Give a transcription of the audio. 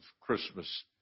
Christmas